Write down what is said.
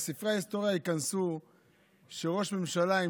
לספרי ההיסטוריה ייכנס שראש ממשלה עם